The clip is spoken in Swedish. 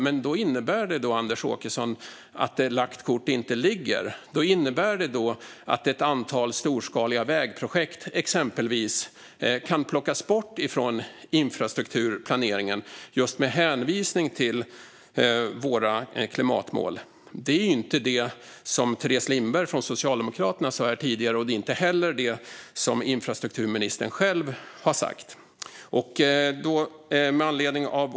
Men innebär det då, Anders Åkesson, att lagt kort inte ligger? Innebär det att exempelvis ett antal storskaliga vägprojekt kan plockas bort från infrastrukturplaneringen just med hänvisning till våra klimatmål? Det är inte det som Teres Lindberg från Socialdemokraterna sa här tidigare, och det är inte heller det som infrastrukturministern själv har sagt.